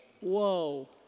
Whoa